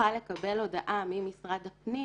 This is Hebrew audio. תוכל לקבל הודעה ממשרד הפנים